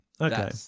okay